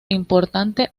importante